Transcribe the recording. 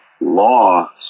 law